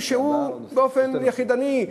הוא באופן יחידני,